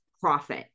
profit